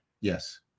Yes